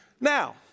Now